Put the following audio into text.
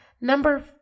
number